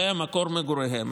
זה היה מקום מגוריהם,